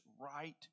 right